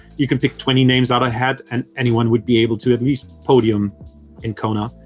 you can pick twenty names out a hat and anyone would be able to at least podium in kona,